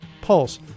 pulse